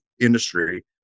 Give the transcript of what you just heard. industry